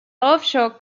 offshore